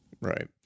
right